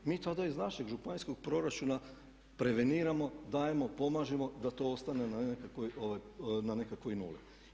Mi tada iz našeg županijskog proračuna preveniramo, dajemo, pomažemo da to ostane na nekakvoj nuli.